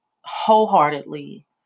wholeheartedly